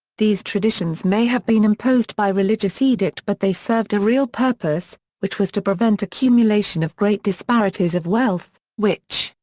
these traditions may have been imposed by religious edict but they served a real purpose, which was to prevent accumulation of great disparities of wealth, which,